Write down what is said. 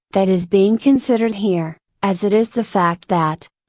that is being considered here, as it is the fact that,